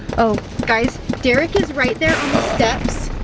oh, guys, derek is right there on the steps,